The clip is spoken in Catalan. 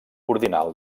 ordinal